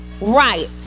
Right